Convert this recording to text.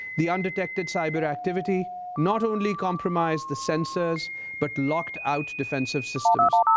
the undetected cyber activity not only compromised the sensors but locked out defensive systems,